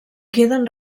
queden